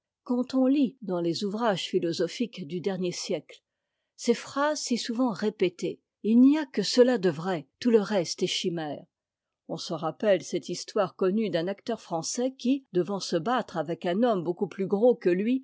quand on lit dans les ouvrages philosophiques du dernier siècte ces phrases si souvent répétées m'y a j e cëla de vrai tout le reste est cmm e on se rappelle cette histoire connue d'un acteur français qui devant se battre avec un homme beaucoup plus gros que lui